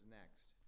next